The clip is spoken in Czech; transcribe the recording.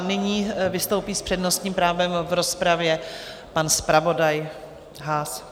Nyní vystoupí s přednostním právem v rozpravě pan zpravodaj Haas.